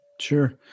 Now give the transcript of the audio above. Sure